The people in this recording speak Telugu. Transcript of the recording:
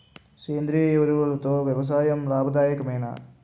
సేంద్రీయ ఎరువులతో వ్యవసాయం లాభదాయకమేనా?